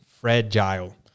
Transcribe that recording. fragile